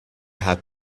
had